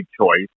choice